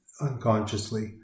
unconsciously